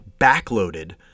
backloaded